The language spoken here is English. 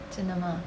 真的吗